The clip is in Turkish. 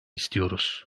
istiyoruz